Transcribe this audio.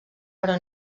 però